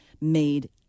made